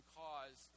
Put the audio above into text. cause